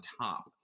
top